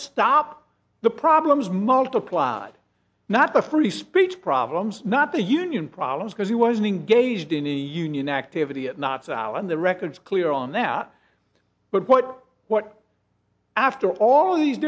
stop the problems multiplied not to free speech problems not the union problems because he was engaged in a union activity at not sol in the records clear on that but what what after all these